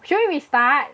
should we restart